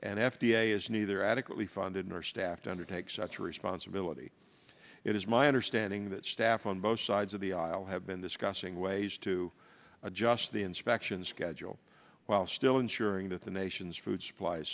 and f d a is neither adequately funded nor staff to undertake such a responsibility it is my understanding that staff on both sides of the aisle have been discussing ways to adjust the inspection schedule while still ensuring that the nation's food supplies